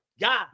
God